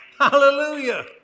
Hallelujah